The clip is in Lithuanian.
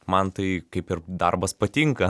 man tai kaip ir darbas patinka